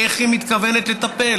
איך היא מתכוונת לטפל?